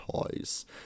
toys